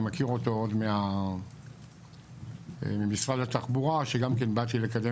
אני מכיר אותו עוד ממשרד התחבורה שגם כן באתי לקדם